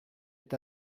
est